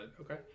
Okay